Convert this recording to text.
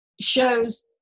shows